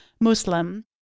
Muslim